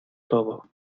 todo